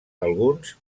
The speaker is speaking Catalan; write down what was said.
alguns